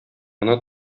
гына